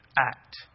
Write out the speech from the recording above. act